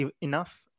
enough